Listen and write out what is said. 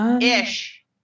Ish